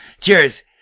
Cheers